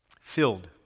filled